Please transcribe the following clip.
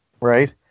right